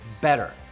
better